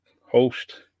host